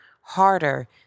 harder